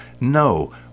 No